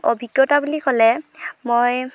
অভিজ্ঞতা বুলি ক'লে মই